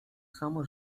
samo